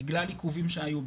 בגלל עיכובים שהיו,